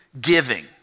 giving